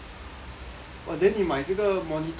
!wah! then 你买这个 monitor 多少钱